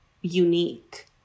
unique